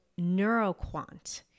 NeuroQuant